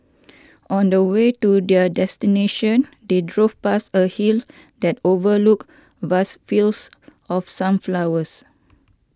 on the way to their destination they drove past a hill that overlooked vast fields of sunflowers